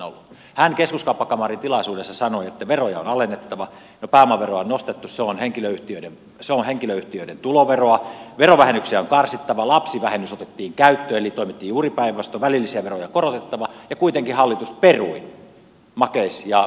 hän sanoi keskuskauppakamarin tilaisuudessa että veroja on alennettava no pääomaveroa on nostettu se on henkilöyhtiöiden tuloveroa että verovähennyksiä on karsittava lapsivähennys otettiin käyttöön eli toimittiin juuri päinvastoin ja että välillisiä veroja on korotettava ja kuitenkin hallitus perui makeis ja virvoitusjuomaveron